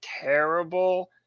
terrible